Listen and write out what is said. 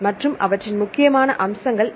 மற்றும் அவற்றின் முக்கியமான அம்சங்கள் என்ன